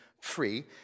free